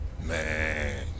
Man